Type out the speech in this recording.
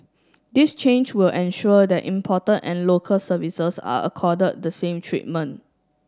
this change will ensure that imported and local services are accorded the same treatment